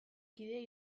kidea